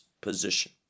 position